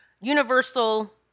universal